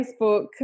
Facebook